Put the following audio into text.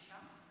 הבנתי.